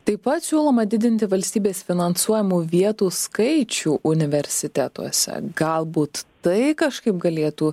taip pat siūloma didinti valstybės finansuojamų vietų skaičių universitetuose galbūt tai kažkaip galėtų